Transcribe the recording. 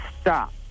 stop